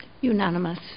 Unanimous